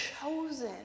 chosen